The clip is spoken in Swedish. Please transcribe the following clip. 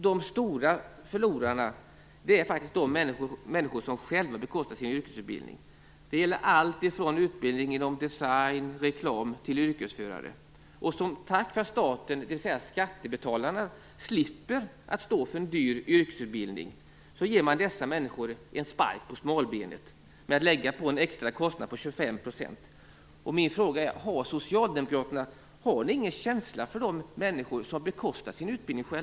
De stora förlorarna är faktiskt de människor som själva bekostar sin yrkesutbildning. Det gäller allt från utbildning inom design och reklam till utbildning för yrkesförare. Som tack för att staten, dvs. skattebetalarna, slipper stå för en dyr yrkesutbildning, ger man dessa människor en spark på smalbenet genom att lägga på en extra kostnad på 25 %. Min fråga är: Har Socialdemokraterna ingen känsla för de människor som själva bekostar sin utbildning?